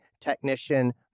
technician